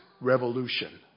revolution